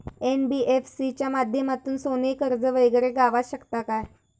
NBFC च्या माध्यमातून सोने कर्ज वगैरे गावात शकता काय?